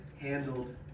handled